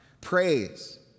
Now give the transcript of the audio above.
praise